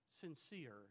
sincere